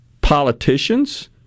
politicians